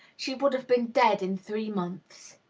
she would have been dead in three months.